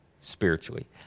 spiritually